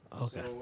Okay